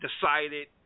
Decided